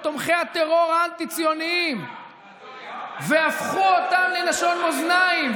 את תומכי הטרור האנטי-ציונים והפכו אותם ללשון מאזניים,